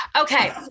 okay